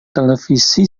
televisi